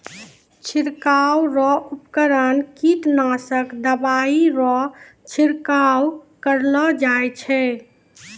छिड़काव रो उपकरण कीटनासक दवाइ रो छिड़काव करलो जाय छै